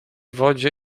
wodzie